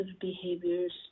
behaviors